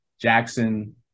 Jackson